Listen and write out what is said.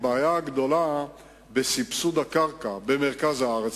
הבעיה הגדולה בסבסוד הקרקע במרכז הארץ,